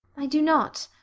i do not.